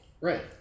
Right